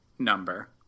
number